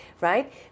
right